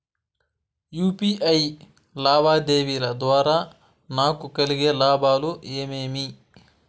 UPI లావాదేవీల ద్వారా నాకు కలిగే లాభాలు ఏమేమీ?